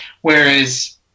Whereas